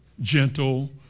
gentle